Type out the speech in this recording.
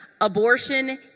Abortion